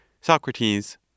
Socrates